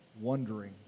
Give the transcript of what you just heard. wondering